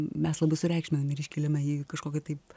mes labai sureikšminam ir iškeliame jį į kažkokią tai